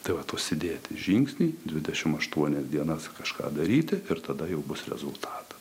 tai vat užsidėti žingsnį dvidešimt aštuonias dienas kažką daryti ir tada jau bus rezultatas